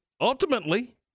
ultimately